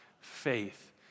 faith